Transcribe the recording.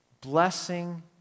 blessing